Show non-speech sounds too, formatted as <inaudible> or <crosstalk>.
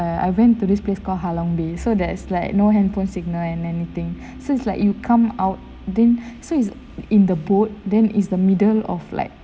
err I went to this place called halong bay so there's like no handphone signal and anything <breath> since like you come out then so is in the boat then is the middle of like